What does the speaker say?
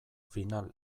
final